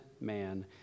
man